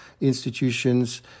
institutions